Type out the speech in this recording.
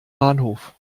bahnhof